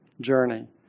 journey